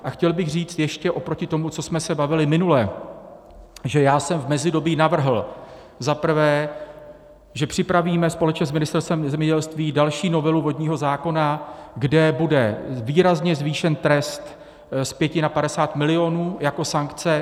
A chtěl bych říct ještě oproti tomu, co jsme se bavili minule, že já jsem v mezidobí navrhl za prvé, že připravíme společně s Ministerstvem zemědělství další novelu vodního zákona, kde bude výrazně zvýšen trest z 5 na 50 milionů jako sankce.